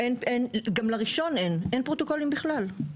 אין, גם לראשון אין, אין פרוטוקולים בכלל.